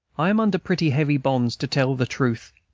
i am under pretty heavy bonds to tell the truth,